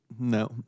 No